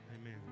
amen